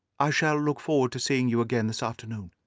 i shall look forward to seeing you again this afternoon.